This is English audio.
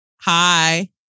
Hi